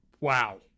wow